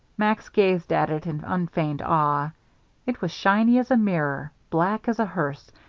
max gazed at it in unfeigned awe it was shiny as a mirror, black as a hearse,